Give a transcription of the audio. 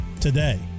today